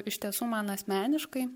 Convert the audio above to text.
iš tiesų man asmeniškai